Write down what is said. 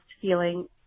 feeling